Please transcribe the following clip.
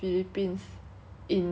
I forgot that I went until you